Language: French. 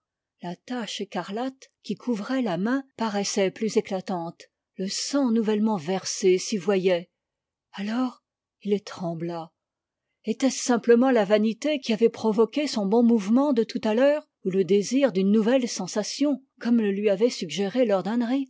la tache écarlate qui couvrait la main paraissait plus éclatante le sang nouvellement versé s'y voyait alors il trembla etait-ce simplement la vanité qui avait provoqué son bon mouvement de tout à l'heure ou le désir d'une nouvelle sensation comme le lui avait suggéré lord